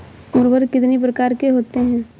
उर्वरक कितनी प्रकार के होता हैं?